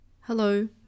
Hello